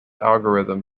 algorithm